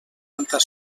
tanta